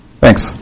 Thanks